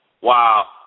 Wow